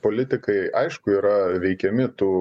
politikai aišku yra veikiami tų